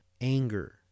anger